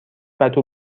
پتو